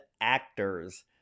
actors